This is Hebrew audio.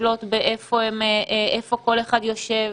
לשלוט באיפה כל אחד יושב,